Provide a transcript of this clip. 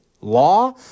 law